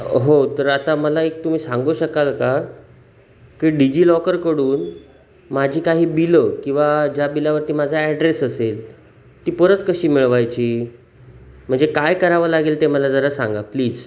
हो तर आता मला एक तुम्ही सांगू शकाल का की डिजिलॉकरकडून माझी काही बिलं किंवा ज्या बिलावरती माझा ॲड्रेस असेल ती परत कशी मिळवायची म्हणजे काय करावं लागेल ते मला जरा सांगा प्लीज